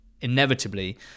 inevitably